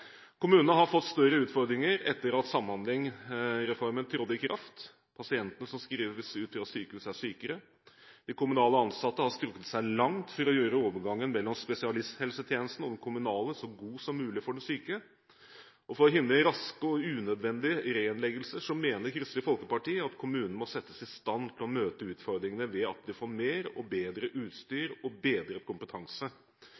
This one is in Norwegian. Kommunene har fått større utfordringer etter at Samhandlingsreformen trådte i kraft. Pasientene som skrives ut fra sykehusene, er sykere. De kommunale ansatte har strukket seg langt for å gjøre overgangen mellom spesialisthelsetjenesten og den kommunale helsetjenesten så god som mulig for den syke. For å hindre raske og unødvendige reinnleggelser mener Kristelig Folkeparti at kommunene må settes i stand til å møte utfordringene ved at de får mer og bedre